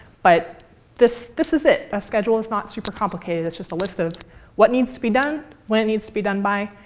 but this this is it. a schedule is not super complicated. it's just a list of what needs to be done, when it needs to be done by,